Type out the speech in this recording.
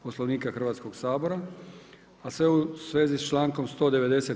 Poslovnika Hrvatskog sabora, a sve u svezi s člankom 190.